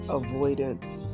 avoidance